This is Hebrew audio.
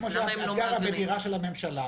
כמו שאת גרה בדירה של הממשלה,